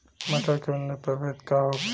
मटर के उन्नत प्रभेद का होखे?